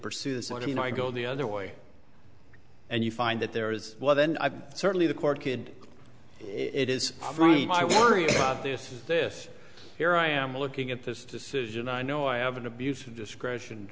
pursue the sort of you know i go the other way and you find that there is well then i certainly the court kid it is for me my worry about this is this here i am looking at this decision i know i have an abuse of discretion